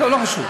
טוב, לא חשוב.